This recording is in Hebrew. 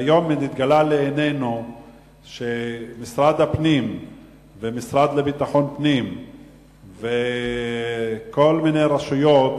היום נתגלה לעינינו שמשרד הפנים והמשרד לביטחון פנים וכל מיני רשויות